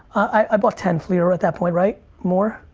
i bought ten fleer at that point, right? more?